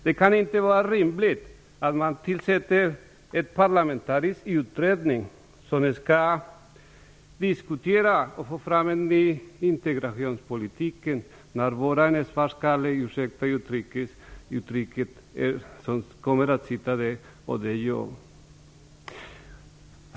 Det kan inte vara rimligt att man tillsätter en parlamentarisk utredning, som skall diskutera och få fram en ny integrationspolitik, där bara en "svartskalle", ursäkta uttrycket, kommer att sitta, nämligen jag.